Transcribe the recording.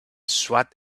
swat